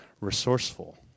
resourceful